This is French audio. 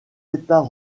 états